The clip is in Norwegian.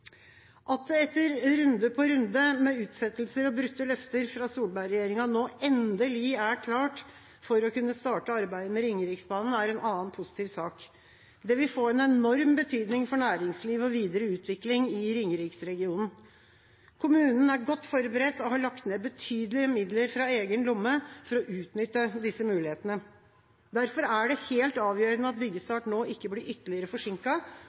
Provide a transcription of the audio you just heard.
At det etter runde på runde med utsettelser og brutte løfter fra Solberg-regjeringa nå endelig er klart for å kunne starte arbeidet med Ringeriksbanen, er en annen positiv sak. Det vil få en enorm betydning for næringslivet og videre utvikling i Ringeriksregionen. Kommunen er godt forberedt og har lagt ned betydelige midler fra egen lomme for å utnytte disse mulighetene. Derfor er det helt avgjørende at byggestart nå ikke blir ytterligere